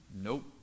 Nope